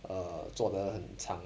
err 做得很长